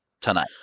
tonight